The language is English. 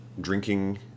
drinking